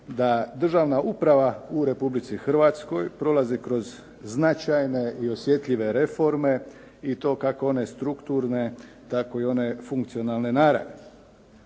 da državna uprava u Republici Hrvatskoj prolazi kroz značajne i osjetljive reforme i to kako one strukturne, tako i one funkcionalne naravi.